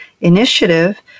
initiative